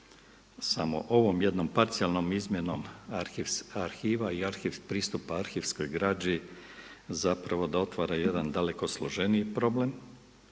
samo ovom jednom parcijalnom izmjenom arhiva i pristupa arhivskog građi zapravo da otvara jedan daleko složeniji problem,